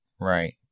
Right